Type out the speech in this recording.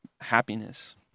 happiness